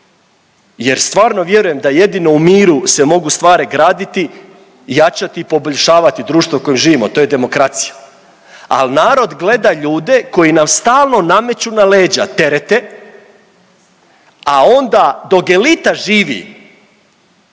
jer stvarno vjerujem da jedino u miru se mogu stvari graditi, jačati i poboljšavati društvo u kojem živimo. To je demokracija, ali narod gleda ljude koji nam stalno nameću na leđa terete, a onda dok elita živi